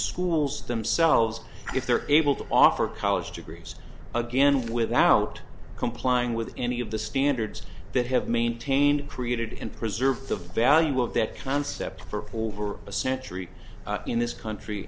schools themselves if they're able to offer college degrees again without complying with any of the standards that have maintained created and preserve the value of that concept for over a century in this country